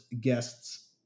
guests